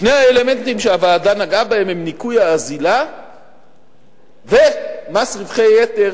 שני האלמנטים שהוועדה נגעה בהם הם ניכוי האזילה ומס רווחי יתר,